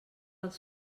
els